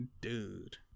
dude